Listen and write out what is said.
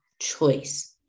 choice